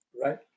Right